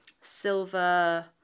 silver